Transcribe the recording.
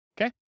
Okay